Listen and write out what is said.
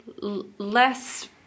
less